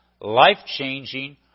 life-changing